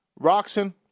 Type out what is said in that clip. Roxon